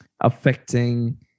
affecting